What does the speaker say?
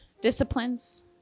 disciplines